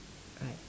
right